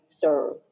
serve